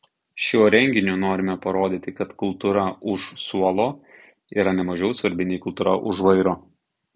šiuo renginiu norime parodyti kad kultūra už suolo yra ne mažiau svarbi nei kultūra už vairo